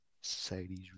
society's